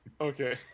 Okay